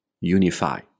unify